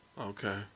Okay